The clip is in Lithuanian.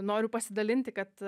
noriu pasidalinti kad